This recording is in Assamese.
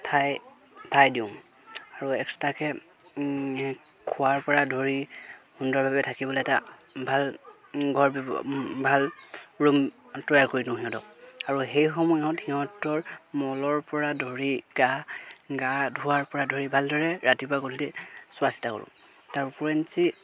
ঠাই ঠাই দিওঁ আৰু এক্সট্ৰাকৈ খোৱাৰোপৰা ধৰি সুন্দৰভাৱে থাকিবলৈ এটা ভাল ঘৰ ভাল ৰুম তৈয়াৰ কৰি দিওঁ সিহঁতক আৰু সেই সময়ত সিহঁতৰ মলৰপৰা ধৰি গা গা ধোৱাৰপৰা ধৰি ভালদৰে ৰাতিপুৱা গধূলি চোৱা চিতা কৰোঁ তাৰ উপৰিঞ্চি